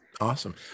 Awesome